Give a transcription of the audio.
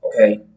Okay